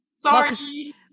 Sorry